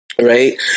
right